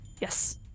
Yes